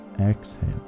Exhale